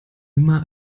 immer